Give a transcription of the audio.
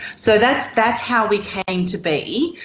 so that's that's how we came to be,